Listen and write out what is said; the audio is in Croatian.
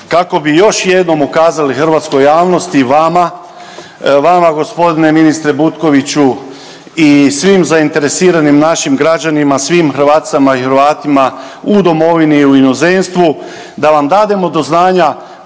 kako bi još jednom ukazali hrvatskoj javnosti i vama, vama g. ministre Butkoviću i svim zainteresiranim našim građanima i svim Hrvaticama i Hrvatima u domovini i u inozemstvu da vam dademo do znanja